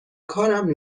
کارم